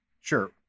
Sure